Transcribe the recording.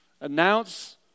Announce